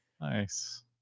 nice